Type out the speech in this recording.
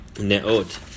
neot